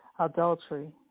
Adultery